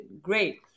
Great